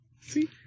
See